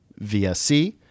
VSC